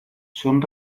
son